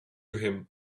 him